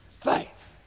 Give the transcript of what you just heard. Faith